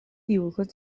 dibujos